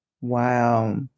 Wow